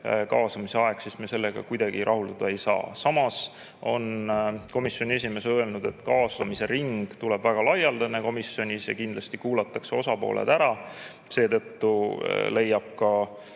kaasamise aeg. Me sellega kuidagi rahul olla ei saa. Samas on komisjoni esimees öelnud, et kaasamise ring tuleb komisjonis väga laialdane ja kindlasti kuulatakse osapooled ära. Seetõttu leiab ka